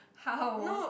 how